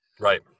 Right